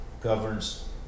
governs